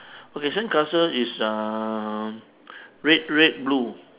okay sandcastle is uh red red blue